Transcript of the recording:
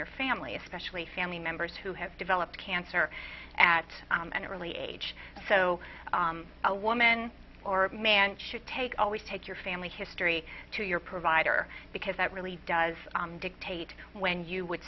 your family especially family members who have developed cancer at an early age so a woman or man should take always take your family history to your provider because that really does dictate when you would